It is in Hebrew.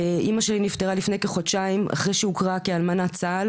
אימא שלי נפטרה לפני כחודשיים אחרי שהוכרה כאלמנת צה"ל.